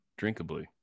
drinkably